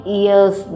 years